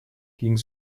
ging